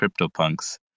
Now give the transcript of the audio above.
CryptoPunks